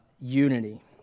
unity